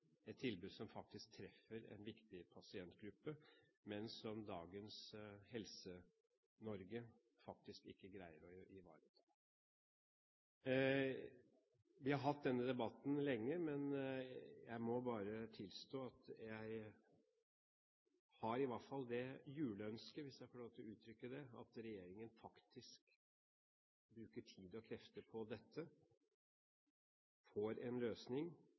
et tilbud som treffer en viktig pasientgruppe, men som dagens Helse-Norge ikke greier å ivareta. Vi har hatt denne debatten lenge, men jeg må bare tilstå at jeg i hvert fall har det juleønsket – hvis jeg får gi uttrykk for det – at regjeringen bruker tid og krefter på dette, får en løsning